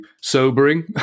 sobering